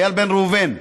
איל בן ראובן,